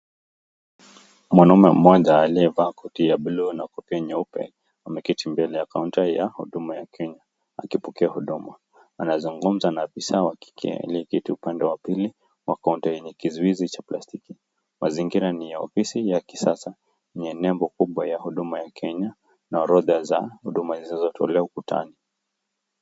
Mwanaume mmoja aliyevaa koti ya blue na koti nyeupe ameketi mbele ya kaunta ya huduma ya Kenya akipokea huduma anazungumza na afisa wa kike aliyeketi upande wa pili wa kaunta yenye kizuizi cha plastiki. Mazingira ni ya ofisi ya kisasa ni nembo kubwa ya huduma ya Kenya na orodha za huduma hizo zilizotolewa kukuta.